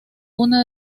una